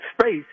space